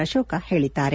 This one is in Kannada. ಅಶೋಕ ಹೇಳಿದ್ದಾರೆ